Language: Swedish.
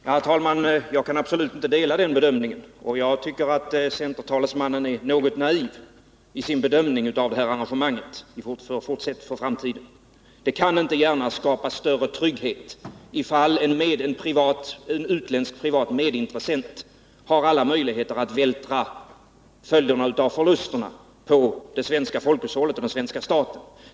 Herr talman! Jag kan absolut inte dela den uppfattningen. Jag tycker att centertalesmannen är något naiv i sin bedömning av det här arrangemangets betydelse för framtiden. Det kan inte gärna skapa större trygghet, ifall en utländsk privat medintressent har alla möjligheter att vältra över följderna av förlusterna på det svenska folkhushållet och den svenska staten.